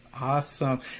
awesome